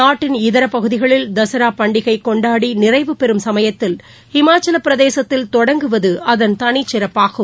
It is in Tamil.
நாட்டின் இதரப் பகுதிகளில் தசராபண்டிகைகொண்டாடிநிறைவு பெறும் சுமயத்தில இமாச்சலப் பிரதேசத்தில் தொடங்குவதுஅதன் தனிச்சிறப்பாகும்